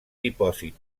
dipòsit